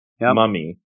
mummy